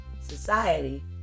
Society